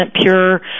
pure